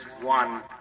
one